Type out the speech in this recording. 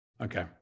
Okay